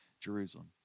Jerusalem